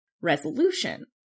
resolution